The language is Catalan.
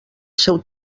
seu